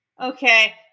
Okay